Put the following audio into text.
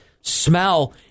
smell